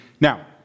Now